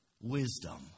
Wisdom